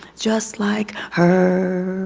just like her.